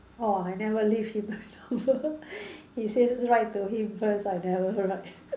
orh I never leave him my number he say write to him first I never write